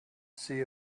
see